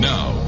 Now